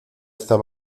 esta